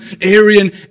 Aryan